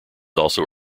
also